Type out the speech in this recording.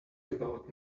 about